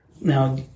Now